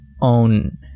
own